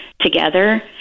together